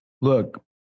Look